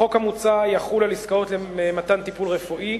החוק המוצע יחול על עסקאות למתן טיפול רפואי,